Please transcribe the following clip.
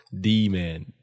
D-Man